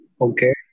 Okay